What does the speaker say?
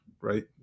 Right